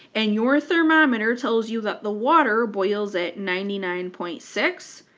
and your thermometer tells you that the water boils at ninety nine point six,